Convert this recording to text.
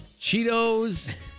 Cheetos